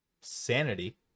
Sanity